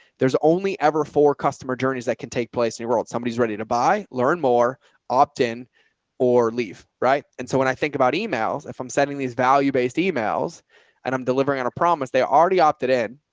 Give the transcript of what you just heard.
there's only ever four customer journeys that can take place in the world. somebody who's ready to buy, learn more opt in or leave. right. and so when i think about emails, if i'm sending these value-based emails and i'm delivering on a promise, they already opted in.